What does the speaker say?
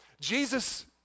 Jesus